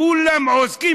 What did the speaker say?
כולם עוסקים,